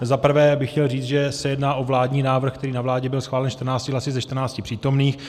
Za prvé bych chtěl říct, že se jedná o vládní návrh, který na vládě byl schválen 14 hlasy ze 14 přítomných.